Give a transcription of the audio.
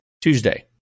Tuesday